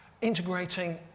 Integrating